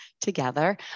together